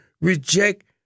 reject